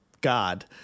God